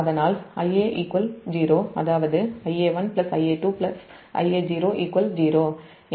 அதனால் Ia 0 அதாவது Ia1 Ia2 Ia0 0